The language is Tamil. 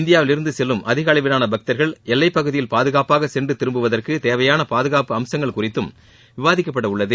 இந்தியாவில் இருந்து செல்லும் அதிக அளவிவான பக்தர்கள் எல்லைப் பகுதியில் பாதுகாப்பாக சென்று திரும்புவதற்கு தேவையான பாதுகாப்பு அம்சங்கள் குறித்தும் விவாதிக்கப்பட உள்ளது